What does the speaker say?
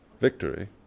Victory